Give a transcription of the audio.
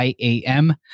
IAM